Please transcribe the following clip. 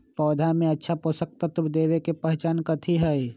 पौधा में अच्छा पोषक तत्व देवे के पहचान कथी हई?